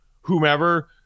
whomever